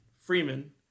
Freeman